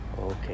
Okay